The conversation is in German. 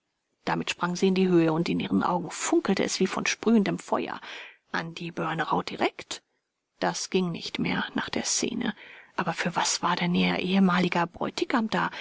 damit sprang sie in die höhe und in ihren augen funkelte es wie von sprühendem feuer an die börnerau direkt das ging nicht mehr nach der szene aber für was war denn ihr ehemaliger bräutigam da